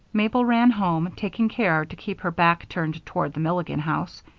mabel ran home, taking care to keep her back turned toward the milligan house.